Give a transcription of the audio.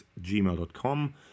gmail.com